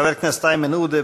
חבר הכנסת איימן עודה,